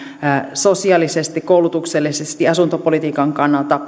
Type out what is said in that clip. sosiaalisesti koulutuksellisesti ja asuntopolitiikan kannalta